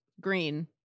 green